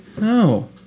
no